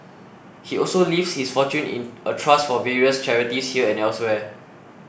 he also leaves his fortune in a trust for various charities here and elsewhere